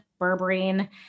berberine